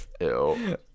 Ew